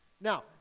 Now